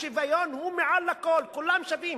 השוויון הוא מעל הכול, כולם שווים.